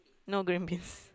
no green beans